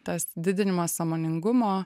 tas didinimas sąmoningumo